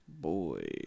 Boy